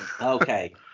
okay